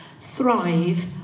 thrive